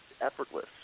effortless